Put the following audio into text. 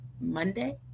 monday